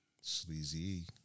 sleazy